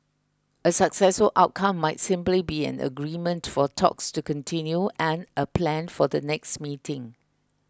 a successful outcome might simply be an agreement for talks to continue and a plan for the next meeting